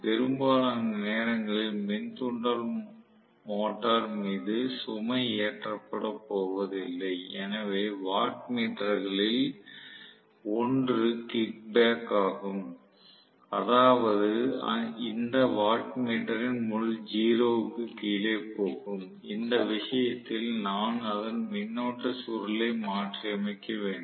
பெரும்பாலான நேரங்களில் மின் தூண்டல் மோட்டார் மீது சுமை ஏற்றப்படப் போவதில்லை எனவே வாட்மீட்டர்களில் 1 கிக் பேக் ஆகும் அதாவது இந்த வாட்மீட்டரின் முள் 0 க்கு கீழே போகும் இந்த விஷயத்தில் நான் அதன் மின்னோட்ட சுருளை மாற்றியமைக்க வேண்டும்